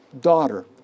daughter